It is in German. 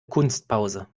kunstpause